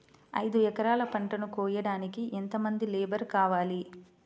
ఐదు ఎకరాల పంటను కోయడానికి యెంత మంది లేబరు కావాలి?